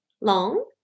long